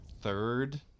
third